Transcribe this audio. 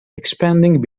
expanding